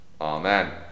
Amen